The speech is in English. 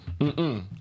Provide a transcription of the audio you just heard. Mm-mm